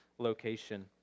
location